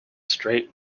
straight